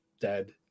dead